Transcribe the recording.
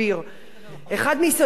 אחד מיסודות הדמוקרטיה,